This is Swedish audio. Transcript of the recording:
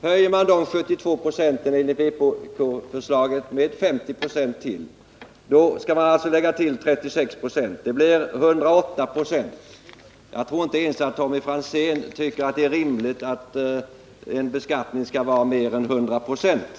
Höjer man med 50 96 skall man lägga till 36. Det blir 108 26. Jag tror inte att ens Tommy Franzén tycker att det är rimligt att en beskattning skall vara högre än 100 96.